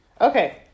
Okay